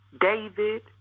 David